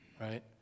right